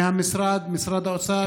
ממשרד האוצר,